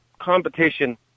competition